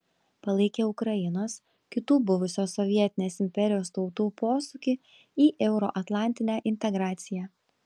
palaikė ukrainos kitų buvusios sovietinės imperijos tautų posūkį į euroatlantinę integraciją